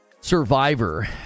Survivor